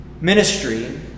ministry